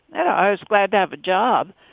and i was glad to have a job,